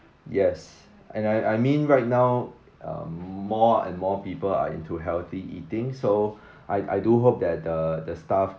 yes and I I mean right now uh more and more people are into healthy eating so I I do hope that the the staff